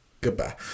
Goodbye